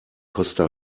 costa